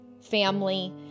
family